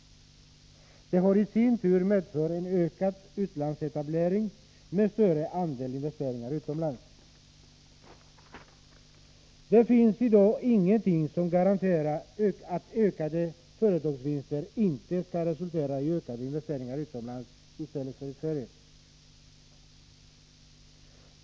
Detta har i sin tur medfört en ökad utlandsetablering med större andel investeringar utomlands. Det finns i dag ingenting som garanterar att ökade företagsvinster inte resulterar i ökade investeringar utomlands i stället för i Sverige.